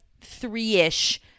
three-ish